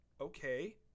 Okay